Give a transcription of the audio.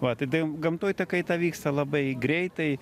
va tai gamtoj ta kaita vyksta labai greitai